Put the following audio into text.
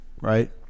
right